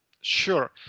Sure